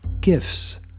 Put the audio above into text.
gifts